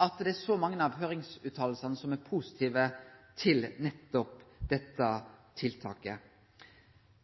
at det er så mange av høringsutsegnene som er positive til nettopp dette tiltaket.